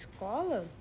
escola